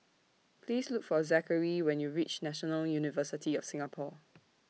Please Look For Zakary when YOU REACH National University of Singapore